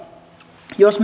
jos